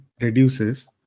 reduces